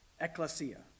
Ecclesia